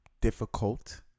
Difficult